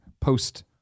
Post